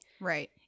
Right